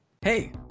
hey